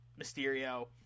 mysterio